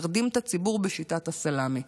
נרדים את הציבור בשיטת הסלאמי.